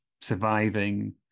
surviving